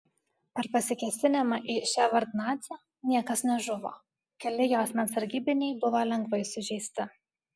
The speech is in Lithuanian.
per pasikėsinimą į ševardnadzę niekas nežuvo keli jo asmens sargybiniai buvo lengvai sužeisti